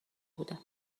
بودم